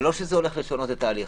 זה לא שזה הולך לשנות את התהליך.